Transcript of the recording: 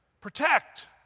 Protect